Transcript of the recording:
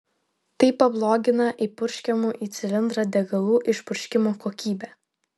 tai pablogina įpurškiamų į cilindrą degalų išpurškimo kokybę